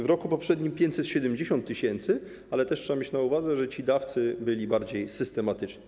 W roku poprzednim - 570 tys., ale też trzeba mieć na uwadze, że ci dawcy byli bardziej systematyczni.